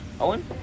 Owen